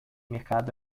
mercado